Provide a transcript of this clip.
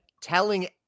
telling